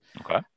Okay